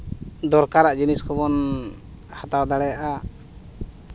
ᱫᱚᱨᱠᱟᱨᱟᱜ ᱡᱤᱱᱤᱥ ᱠᱚᱵᱚᱱ ᱦᱟᱛᱟᱣ ᱫᱟᱲᱮᱭᱟᱜᱼᱟ